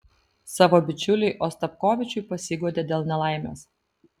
savo bičiuliui ostapkovičiui pasiguodė dėl nelaimės